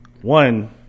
one